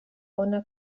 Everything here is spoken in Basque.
hona